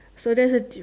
so that's the di~